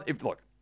look